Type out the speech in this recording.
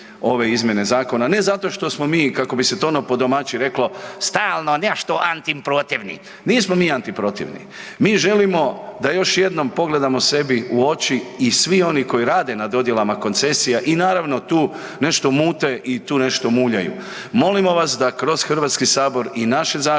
ove izmjene zakona, ne zato što smo mi, kako bi se to ono po domaći reklo, stalno nešto antiprotivni. Nismo mi antiprotivni. Mi želimo da još jednom pogledamo sebi u oči i svi oni koji rade na dodjelama koncesija i naravno tu nešto mute i tu nešto muljaju. Molimo vas da kroz HS i naše zakone